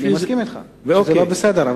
אני מסכים אתך שזה לא בסדר.